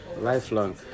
Lifelong